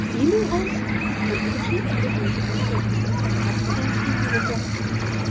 he knew, also, that the chief business of a sphinx was that of asking people questions,